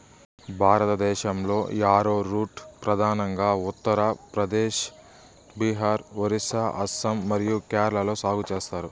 భారతదేశంలో, యారోరూట్ ప్రధానంగా ఉత్తర ప్రదేశ్, బీహార్, ఒరిస్సా, అస్సాం మరియు కేరళలో సాగు చేస్తారు